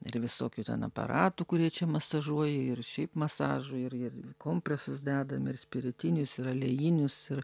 ir visokių ten aparatų kurie čia masažuoja ir šiaip masažų ir ir kompresus dedam ir spiritinius ir aliejinius ir